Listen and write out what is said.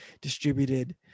distributed